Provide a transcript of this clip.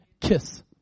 kiss